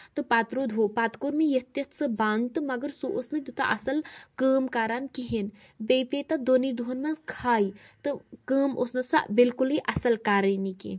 تہٕ پَتہٕ روٗد ہُہ تہٕ پَتہٕ کوٚر مےٚ یِتھ تِتھ سُہ بند مَگر سُہ اوس نہٕ تیٚوٗتاہ اَصٕل کٲم کران کِہینۍ بیٚیہِ پییہِ تَتھ دۄنٕے دۄہَن منٛز خے تہٕ کٲم اوس نہٕ سُہ بِالکُلٕے اَصٕل کرٲنی کیٚنٛہہ